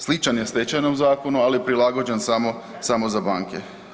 Sličan je Stečajnom zakonu, ali prilagođen samo za banke.